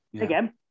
Again